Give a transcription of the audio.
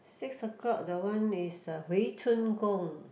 six o'clock the one is a 回春工：hui-chun-gong